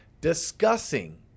discussing